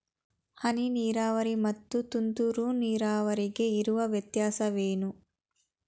ಹನಿ ನೀರಾವರಿ ಮತ್ತು ತುಂತುರು ನೀರಾವರಿಗೆ ಇರುವ ವ್ಯತ್ಯಾಸವೇನು?